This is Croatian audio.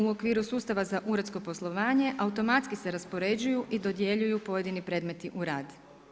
U okviru sustava za uredsko poslovanje automatski se raspoređuju i dodjeljuju pojedini predmeti u rad.